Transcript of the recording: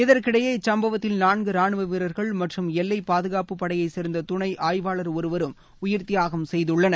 இதற்கிடையே இச்சம்பவத்தில் நான்கு ரானுவ வீரர்கள் மற்றும் எல்லை பாதுகாப்பு படையைச் சேர்ந்த துணை ஆய்வாளர் ஒருவரும் உயிர் தியாகம் செய்துள்ளனர்